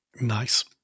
Nice